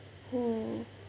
hmm